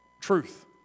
truth